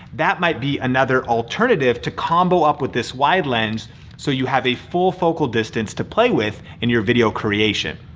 that might be another alterative to combo up with this wide lens so you have a full focal distance to play with in your video creation.